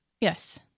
Yes